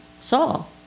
Saul